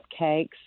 cupcakes